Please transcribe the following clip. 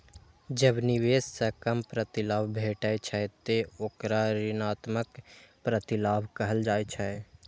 जब निवेश सं कम प्रतिलाभ भेटै छै, ते ओकरा ऋणात्मक प्रतिलाभ कहल जाइ छै